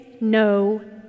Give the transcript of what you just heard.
no